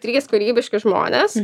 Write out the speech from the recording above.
trys kūrybiški žmonės